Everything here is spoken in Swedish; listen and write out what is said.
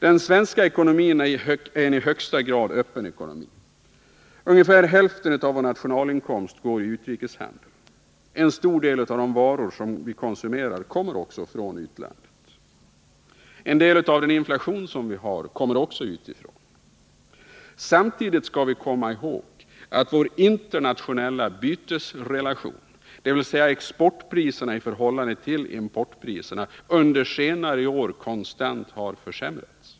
Den svenska ekonomin är en i högsta grad öppen ekonomi. Nästan hälften av vår nationalinkomst går i utrikeshandel. En stor del av de varor som vi konsumerar kommer från utlandet. En del av den inflation som vi har kommer också utifrån. Samtidigt har emellertid vår internationella bytesrelation, dvs. exportpriserna i förhållande till importpriserna, under senare år konstant försämrats.